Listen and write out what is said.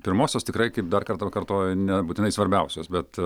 pirmosios tikrai kaip dar kartą kartoju ne būtinai svarbiausios bet